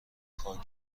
کاگب